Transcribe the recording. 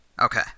Okay